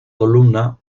columna